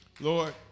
Lord